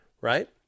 right